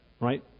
right